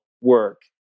work